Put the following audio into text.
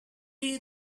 you